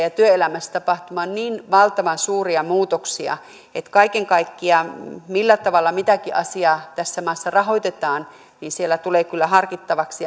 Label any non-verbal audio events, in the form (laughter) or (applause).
(unintelligible) ja työelämässä tapahtumaan niin valtavan suuria muutoksia kaiken kaikkiaan se millä tavalla mitäkin asiaa tässä maassa rahoitetaan että siellä tulee kyllä harkittavaksi (unintelligible)